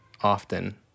often